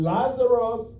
Lazarus